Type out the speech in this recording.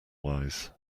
wise